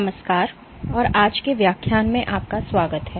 नमस्कार और आज के व्याख्यान में आपका स्वागत है